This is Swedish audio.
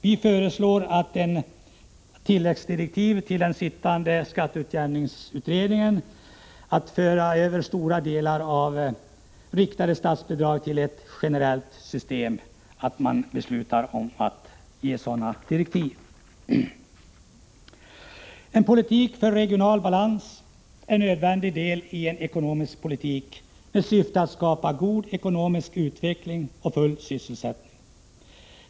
Vi föreslår att beslut fattas om att ge tilläggsdirektiv till den sittande skatteutjämningsutredningen om att föra över stora delar av de riktade statsbidragen till ett generellt system. En politik för regional balans är en nödvändig del i en ekonomisk politik med syfte att skapa god ekonomisk utveckling och full sysselsättning.